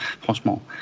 franchement